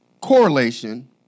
correlation